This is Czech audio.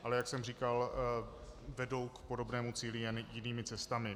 Ale jak jsem říkal, vedou k podobnému cíli, jen jinými cestami.